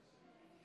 ההסתייגות